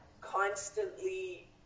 constantly